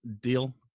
deal